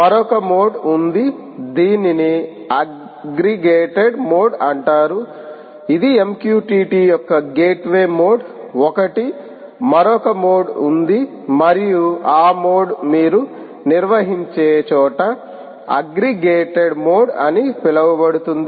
మరొక మోడ్ ఉంది దీనిని అగ్రిగేటెడ్ మోడ్ అంటారు ఇది MQTT యొక్క గేట్వేలో మోడ్ ఒకటి మరొక మోడ్ ఉంది మరియు ఆ మోడ్ మీరు నిర్వహించే చోట అగ్రిగేటెడ్ మోడ్ అని పిలువబడుతుంది